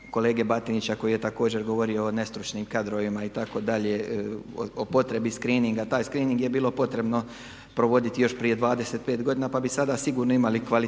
kolege Batinića koji je također govorio o nestručnim kadrovima itd. o potrebi srcreeninga. Taj screening je bilo potrebno provoditi još prije 25 godina, pa bi sada sigurno imali kvalitetnije